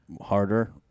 harder